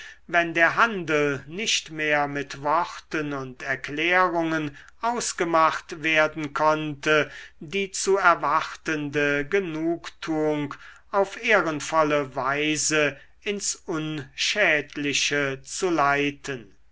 wenn der handel nicht mehr mit worten und erklärungen ausgemacht werden konnte die zu erwartende genugtuung auf ehrenvolle weise ins unschädliche zu leiten